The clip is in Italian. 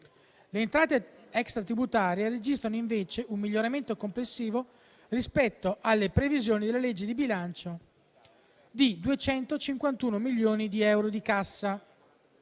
Le entrate extratributarie registrano, invece, un miglioramento complessivo rispetto alle previsioni della legge di bilancio, di 251 milioni di euro di cassa.